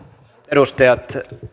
edustajat